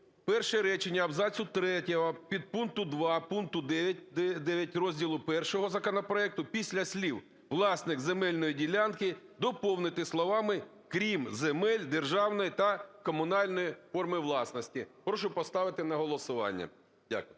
перше речення абзацу третього підпункту 2 пункту 9 розділу І законопроекту після слів "власник земельної ділянки" доповнити словами "крім земель державної та комунальної форми власності". Прошу поставити на голосування. Дякую.